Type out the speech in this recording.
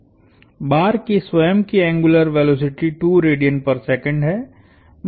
बार की स्वयं की एंग्युलर वेलोसिटी है